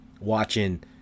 watching